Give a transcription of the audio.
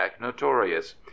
notorious